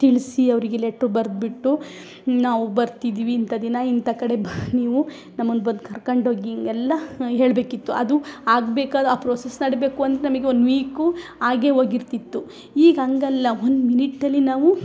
ತಿಲಿಸಿ ಅವರಿಗೆ ಲೆಟ್ರು ಬರೆದ್ಬಿಟ್ಟು ನಾವು ಬರ್ತಿದಿವಿ ಇಂಥ ದಿನ ಇಂಥ ಕಡೆ ಬ ನೀವು ನಮ್ಮನ್ನು ಬಂದು ಕರ್ಕೊಂಡೋಗಿ ಹಿಂಗೆಲ್ಲ ಹೇಳಬೇಕಿತ್ತು ಅದು ಆಗಬೇಕಾದ ಆ ಪ್ರೋಸೆಸ್ ನಡಿಬೇಕು ಅಂತ ನಮಗೆ ಒಂದು ವೀಕು ಆಗೇ ಹೋಗಿರ್ತಿತ್ತು ಈಗ ಹಂಗಲ್ಲ ಒಂದು ಮಿನಿಟಲ್ಲಿ ನಾವು